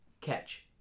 Catch